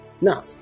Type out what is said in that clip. Now